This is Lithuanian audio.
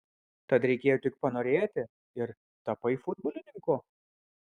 tad reikėjo tik panorėti ir tapai futbolininku